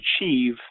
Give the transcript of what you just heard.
achieve